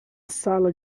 sala